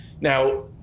Now